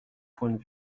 points